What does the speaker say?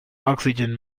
oxygen